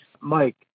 Mike